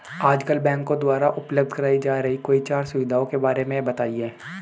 आजकल बैंकों द्वारा उपलब्ध कराई जा रही कोई चार सुविधाओं के बारे में बताइए?